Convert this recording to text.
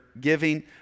giving